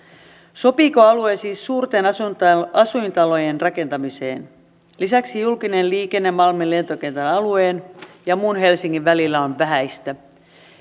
sopiiko alue siis suurten asuintalojen asuintalojen rakentamiseen lisäksi julkinen liikenne malmin lentokentän alueen ja muun helsingin välillä on vähäistä